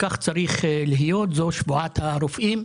כך צריך להיות, זו שבועת הרופאים.